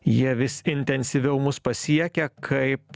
jie vis intensyviau mus pasiekia kaip